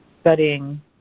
studying